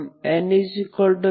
Cnxnk 1 yxn0nk